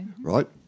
right